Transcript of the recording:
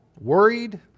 worried